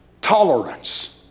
tolerance